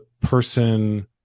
person